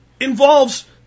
involves